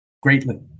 greatly